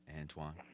Antoine